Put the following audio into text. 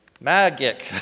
magic